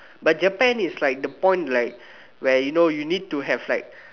but Japan is like the point like where you know you need to have like